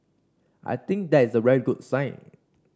I think that is a very good sign